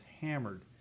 hammered